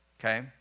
okay